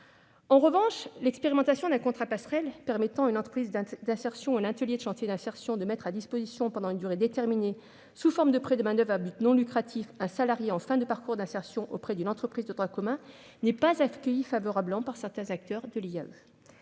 En revanche, l'expérimentation d'un « contrat passerelle », permettant à une entreprise d'insertion ou à un atelier ou chantier d'insertion de mettre à disposition, pendant une durée déterminée, sous forme de prêt de main-d'oeuvre à but non lucratif, un salarié en fin de parcours d'insertion auprès d'une entreprise de droit commun, n'est pas accueillie favorablement par certains acteurs de